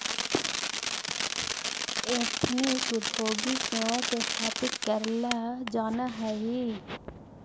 ethnic उद्योगी स्वयं के स्थापित करेला जानऽ हई